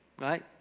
right